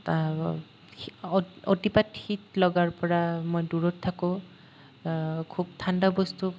অতি অতিপাত শীত লগাৰ পৰা মই দূৰত থাকোঁ খুব ঠাণ্ডা বস্তু